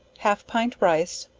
half pint rice,